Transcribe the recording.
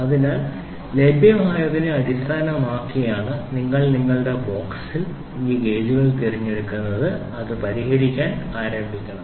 അതിനാൽ ലഭ്യമായതിനെ അടിസ്ഥാനമാക്കിയാണ് നിങ്ങൾ നിങ്ങളുടെ ബോക്സിൽ നിങ്ങൾ ഈ ഗേജുകൾ തിരഞ്ഞെടുത്ത് അത് പരിഹരിക്കാൻ ആരംഭിക്കണം